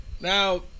now